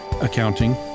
accounting